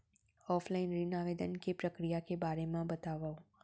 Offline ऋण आवेदन के प्रक्रिया के बारे म बतावव?